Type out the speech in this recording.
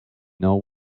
know